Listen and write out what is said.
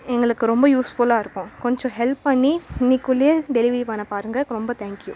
எங்களுக்கு ரொம்ப யூஸ்ஃபுல்லாக இருக்கும் கொஞ்சம் ஹெல்ப் பண்ணி இன்னைக்குள்ளேயே டெலிவரி பண்ண பாருங்கள் ரொம்ப தேங்க் யூ